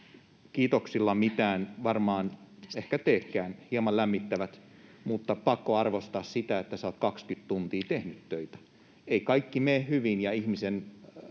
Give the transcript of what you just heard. kiitoksillani mitään varmaan teekään, hieman lämmittävät, mutta on pakko arvostaa sitä, että sinä olet 20 tuntia tehnyt töitä. Ei kaikki mene hyvin, ja ihmisen